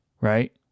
right